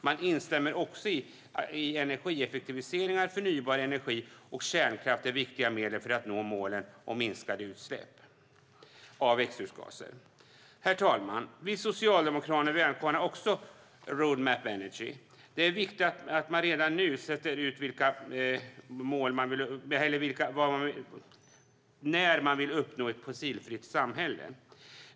Man instämmer också i att energieffektiviseringar, förnybar energi och kärnkraft är viktiga medel för att nå målen om minskade utsläpp av växthusgaser. Herr talman! Vi socialdemokrater välkomnar också Energy Roadmap. Det är viktigt att man redan nu sätter ut en tidpunkt för när vi vill uppnå ett fossilfritt samhälle.